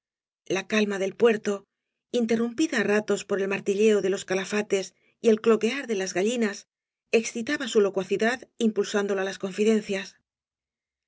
la calma del puerto interrumpida á ratos por el martilleo de les calafates y el cloquear de las gallinas excitaba sa locuacidad impulsándolo á las confidencias